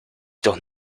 doch